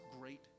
great